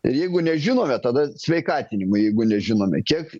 ir jeigu nežinome tada sveikatinimui jeigu nežinome kiek